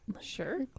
Sure